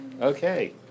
Okay